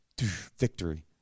victory